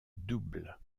double